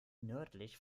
nördlich